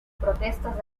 protestas